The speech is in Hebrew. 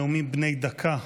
נאומים בני דקה.